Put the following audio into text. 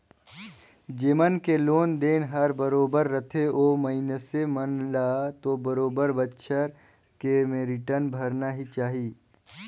जेमन के लोन देन हर बरोबर रथे ओ मइनसे मन ल तो बरोबर बच्छर में के रिटर्न भरना ही चाही